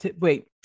Wait